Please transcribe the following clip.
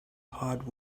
hard